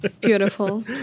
Beautiful